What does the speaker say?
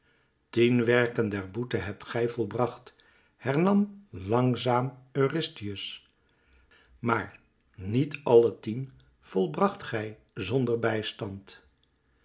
tien werken der boete hebt gij volbracht hernam langzaam eurystheus maar nièt alle tien volbracht gij zonder bijstand